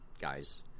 guys